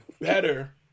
better